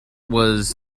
was